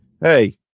Hey